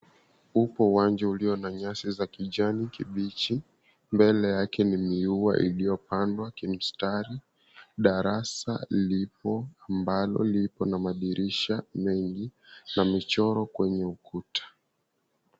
Upo uwanja ulio na nyasi za kijani kibichi mbele yake ni miua iliyopandwa kimstari. Darasa lipo ambalo lipo na madirisha mengi na michoro kwenye ukuta.